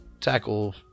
tackle